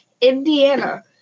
Indiana